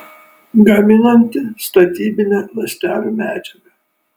gaminanti statybinę ląstelių medžiagą